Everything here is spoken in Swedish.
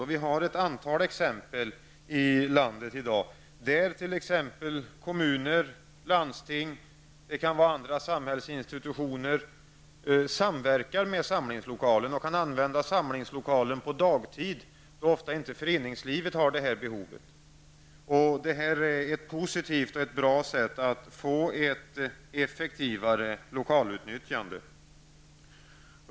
Det finns ett antal exempel i landet i dag där t.ex. kommuner, landsting eller andra samhällsinstitutioner samverkar med samlingslokalen och den används på dagtid då föreningslivet inte har behov av den. Det här är ett bra sätt att få ett effektivare lokalutnyttjande.